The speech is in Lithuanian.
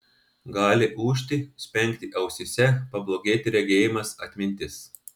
gali ūžti spengti ausyse pablogėti regėjimas atmintis